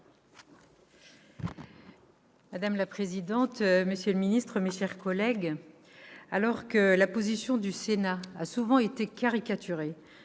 Madame la présidente, monsieur le ministre d'État, mes chers collègues, alors que la position du Sénat a souvent été caricaturée,